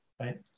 right